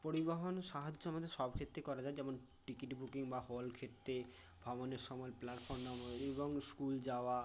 পরিবহন সাহায্য আমাদের সব ক্ষেত্রেই করা যায় যেমন টিকিট বুকিং বা হল ক্ষেত্রে ভবনের সময় প্ল্যাটফর্ম নম্বর এবং স্কুল যাওয়া